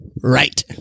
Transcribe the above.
Right